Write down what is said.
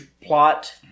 plot